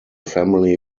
family